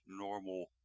normal